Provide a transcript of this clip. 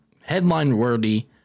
headline-worthy